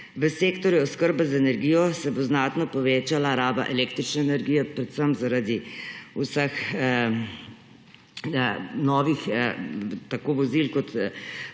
V sektorju oskrbe z energijo se bo znatno povečala raba električne energije predvsem zaradi vseh novih, tako vozil kot